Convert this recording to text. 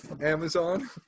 Amazon